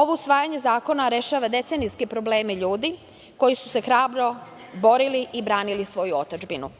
Ovo usvajanje zakona rešava decenijske probleme ljudi koji su se hrabro borili i branili svoju otadžbinu.